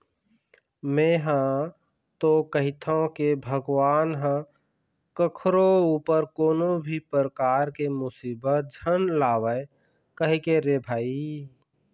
में हा तो कहिथव के भगवान ह कखरो ऊपर कोनो भी परकार के मुसीबत झन लावय कहिके रे भई